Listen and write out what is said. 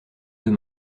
deux